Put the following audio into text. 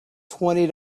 twenty